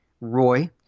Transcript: Roy